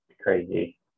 crazy